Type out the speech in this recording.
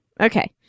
okay